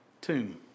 tomb